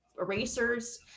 erasers